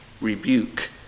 rebuke